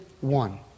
one